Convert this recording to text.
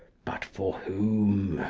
but for whom?